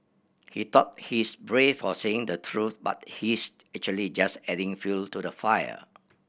he thought he's brave for saying the truth but he's actually just adding fuel to the fire